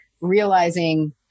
realizing